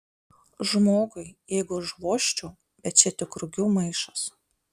žmogui jeigu užvožčiau bet čia tik rugių maišas